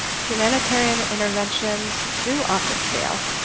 humanitarian interventions do often fail.